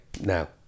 now